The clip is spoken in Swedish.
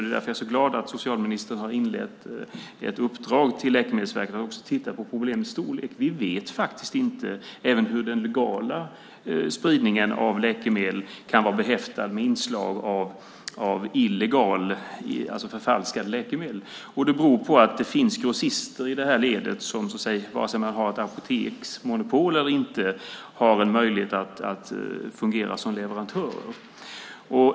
Det är därför jag är så glad att socialministern har inlett ett uppdrag till Läkemedelsverket för att titta på problemets storlek. Vi vet faktiskt inte i vilken mån den legala spridningen av läkemedel kan vara behäftad med inslag av illegala och förfalskade läkemedel. Det beror på att det finns grossister i ledet som vare sig man har ett apoteksmonopol eller inte har möjlighet att fungera som leverantörer.